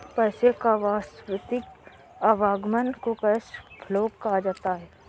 पैसे का वास्तविक आवागमन को कैश फ्लो कहा जाता है